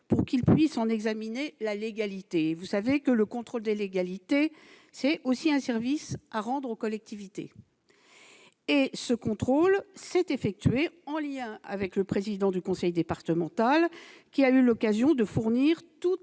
pour qu'ils puissent en examiner la légalité. Et, vous le savez, le contrôle de légalité est un service à rendre aux collectivités. Ce contrôle a été effectué en lien avec le président du conseil départemental, qui a eu l'occasion de fournir toutes